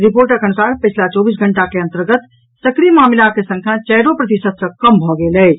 रिपोर्टक अनुसार पछिला चौबीस घंटा के अंतर्गत सक्रिय मामिलाक संख्या चारो प्रतिशत सॅ कम भऽ गेल अछि